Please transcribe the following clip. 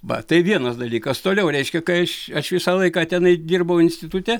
va tai vienas dalykas toliau reiškia kai aš aš visą laiką tenai dirbau institute